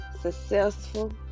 successful